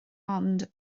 ond